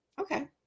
Okay